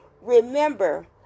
Remember